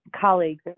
colleagues